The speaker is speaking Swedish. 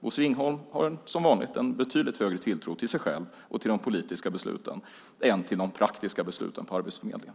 Bosse Ringholm har som vanligt en betydligt större tilltro till sig själv och till de politiska besluten än till de praktiska besluten på Arbetsförmedlingen.